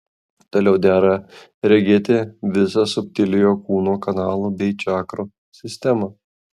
toliau dera regėti visą subtiliojo kūno kanalų bei čakrų sistemą